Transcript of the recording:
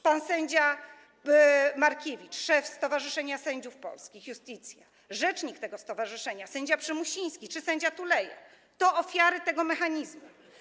Pan sędzia Markiewicz, szef Stowarzyszenia Sędziów Polskich „Iustitia”, rzecznik tego stowarzyszenia sędzia Przymusiński czy sędzia Tuleya - to są ofiary tego mechanizmu.